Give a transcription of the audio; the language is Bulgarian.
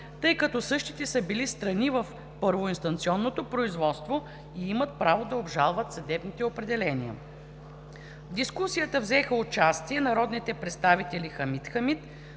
тъй като същите са били страни в първоинстанционното производство и имат право да обжалват съдебните определения. В дискусията взеха участие народните представители Хамид Хамид,